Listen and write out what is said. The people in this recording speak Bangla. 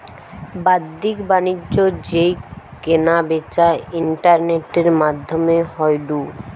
বাদ্দিক বাণিজ্য যেই কেনা বেচা ইন্টারনেটের মাদ্ধমে হয়ঢু